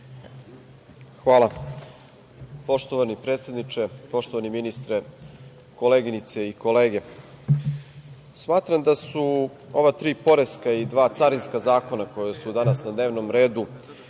Hvala. Poštovani predsedniče, poštovani ministre, koleginice i kolege, smatram da su ova tri poreska i dva carinska zakona koji su danas na dnevnom redu